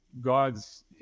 God's